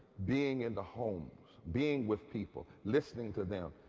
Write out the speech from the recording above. being in the homes, being with people, listening to them,